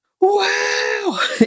wow